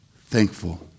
thankful